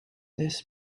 this